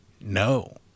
no